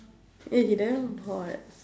eh he damn hot